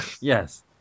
yes